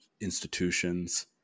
institutions